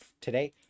today